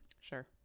Sure